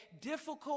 difficult